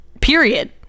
period